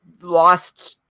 lost